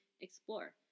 explore